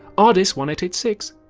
ardis, one eight eight six.